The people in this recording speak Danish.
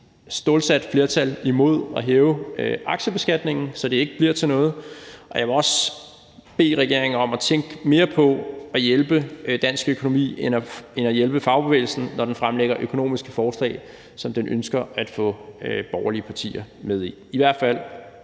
stålsat flertal imod at hæve aktiebeskatningen, så det ikke bliver til noget. Og jeg vil også bede regeringen om at tænke mere på at hjælpe dansk økonomi end på at hjælpe fagbevægelsen, når man fremlægger økonomiske forslag, som man ønsker at få borgerlige partier med i. I hvert fald